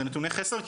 זה נתוני חסר,